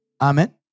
Amen